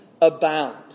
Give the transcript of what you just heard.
abound